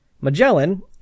Magellan